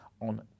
on